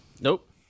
Nope